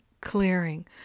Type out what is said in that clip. clearing